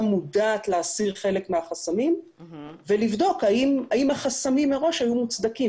מודעת להסיר חלק מהחסמים ולבדוק האם החסמים מראש היו מוצדקים.